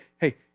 hey